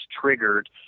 triggered